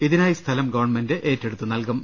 ഇതിനായി സ്ഥലം ഗവൺമെന്റ് ഏറ്റെടുത്തു നൽകും